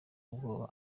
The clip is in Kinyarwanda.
ubwoba